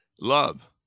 Love